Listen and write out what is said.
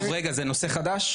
לא, רגע, זה נושא חדש.